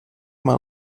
mal